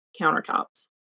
countertops